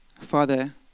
Father